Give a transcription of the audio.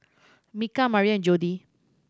Micah Maria and Jodie